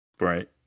right